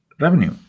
revenue